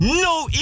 no